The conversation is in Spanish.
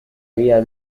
vida